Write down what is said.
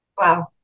Wow